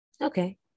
Okay